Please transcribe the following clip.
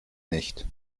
nicht